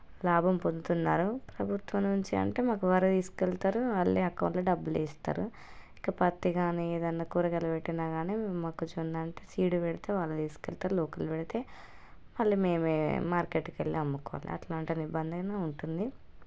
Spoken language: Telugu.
లాభం పొందుతున్నారు ప్రభుత్వం నుంచి అంటే మాకు వాళ్ళే తీసుకెళతారు వాళ్ళే అకౌంట్లో డబ్బులు వేస్తారు ఇంకా ప్రత్తి కానీ ఏదైనా కూరగాయలు పెట్టిన కానీ మొక్కజొన్న అంటే సీడ్ పెడితే వాళ్ళు తీసుకెళతారు లోకల్ పెడితే మళ్ళీ మేమే మార్కెట్కి వెళ్ళి అమ్ముకోవాలి అట్లాంటి ఇబ్బందయినా ఉంటుంది